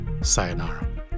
Sayonara